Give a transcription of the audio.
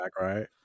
right